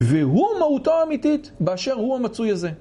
והוא מהותו האמיתית באשר הוא המצוי הזה.